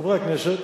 חברי הכנסת,